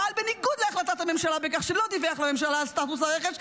פעל בניגוד להחלטת הממשלה בכך שלא דיווח לממשלה על סטטוס הרכש,